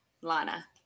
lana